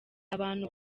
abantu